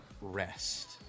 rest